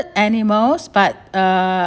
animals but uh